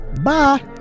Bye